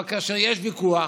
אבל כאשר יש ויכוח,